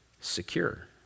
secure